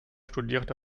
studierte